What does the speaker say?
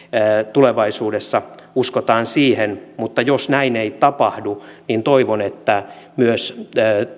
tulevaisuudessa uskotaan siihen mutta jos näin ei tapahdu niin toivon että